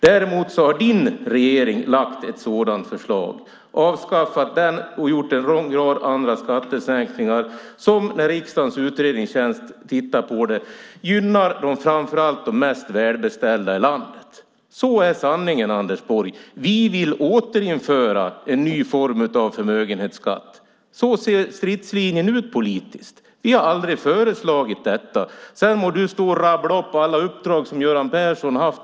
Däremot har din regering lagt fram ett sådant förslag. Ni har avskaffat den skatten och gjort en lång rad andra skattesänkningar. När riksdagens utredningstjänst tittade på det visade det sig att det gynnar framför allt de mest välbeställda i landet. Så är sanningen, Anders Borg. Vi vill återföra en ny form av förmögenhetsskatt. Så ser stridslinjen ut politiskt. Vi har aldrig föreslagit detta. Sedan må du stå och rabbla upp alla uppdrag som Göran Persson haft.